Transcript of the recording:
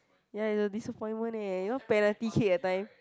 ya it's a disappointment eh you know penalty kick that time